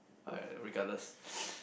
ah regardless